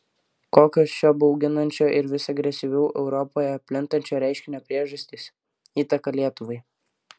kokios šio bauginančio ir vis agresyviau europoje plintančio reiškinio priežastys įtaka lietuvai